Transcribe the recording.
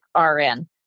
RN